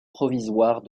provisoire